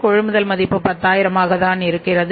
கொள்முதல் மதிப்பு 10000